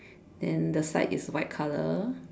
then the side is white colour